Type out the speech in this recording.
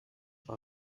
war